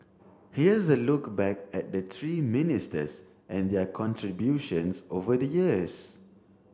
here's a look back at the three ministers and their contributions over the years